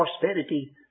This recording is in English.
prosperity